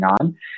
on